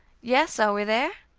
yes. are we there?